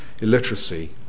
illiteracy